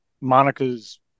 Monica's